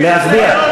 להסיר.